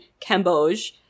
Cambodge